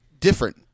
different